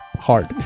hard